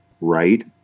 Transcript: right